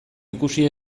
ikusi